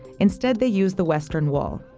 instead, they use the western wall.